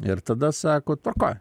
ir tada sako tvarkoj